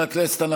חברי הכנסת,